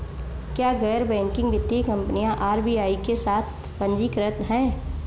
क्या गैर बैंकिंग वित्तीय कंपनियां आर.बी.आई के साथ पंजीकृत हैं?